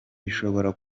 bishobora